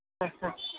ആ ആ